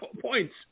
points